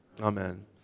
Amen